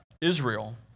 Israel